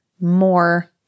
more